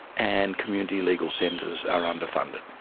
and community legal centres are underfunded.